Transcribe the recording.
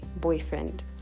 boyfriend